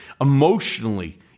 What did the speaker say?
emotionally